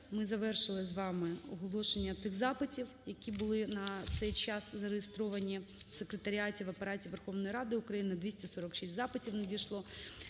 ми завершили з вами оголошення тих запитів, які були на цей час зареєстровані в секретаріаті, в Апараті Верховної Ради України. 246 запитів надійшло.